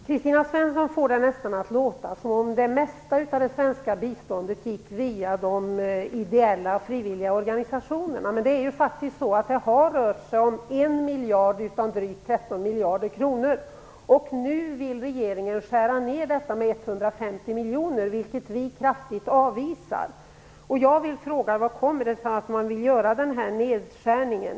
Herr talman! Kristina Svensson får det nästan att låta som om det mesta av det svenska biståndet gick via de ideella och frivilliga organisationerna. Men det är så att det har rört sig om 1 miljard av drygt 13 miljarder kronor. Nu vill regeringen skära ner detta med 150 miljoner, vilket vi kraftigt avvisar. Jag vill fråga vad det kommer sig att man vill göra den nedskärningen.